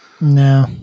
No